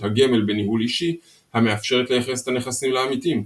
הגמל בניהול אישי המאפשרת לייחס את הנכסים לעמיתים,